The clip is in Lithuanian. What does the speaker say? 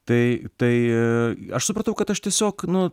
tai tai aš supratau kad aš tiesiog nu